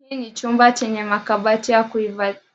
Hii ni chumba chenye makabati